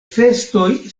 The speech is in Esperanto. festoj